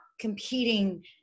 competing